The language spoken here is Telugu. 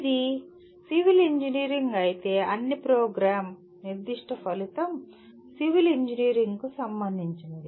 ఇది సివిల్ ఇంజనీరింగ్ అయితే అన్ని ప్రోగ్రామ్ నిర్దిష్ట ఫలితం సివిల్ ఇంజనీరింగ్కు సంబంధించినది